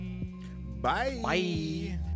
Bye